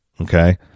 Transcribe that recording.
Okay